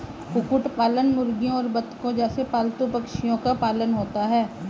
कुक्कुट पालन मुर्गियों और बत्तखों जैसे पालतू पक्षियों का पालन होता है